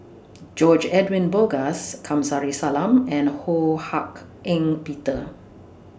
George Edwin Bogaars Kamsari Salam and Ho Hak Ean Peter